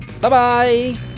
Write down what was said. Bye-bye